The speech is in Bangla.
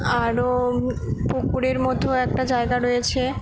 আরও পুকুরের মতো একটা জায়গা রয়েছে